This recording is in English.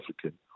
African